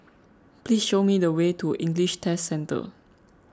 please show me the way to English Test Centre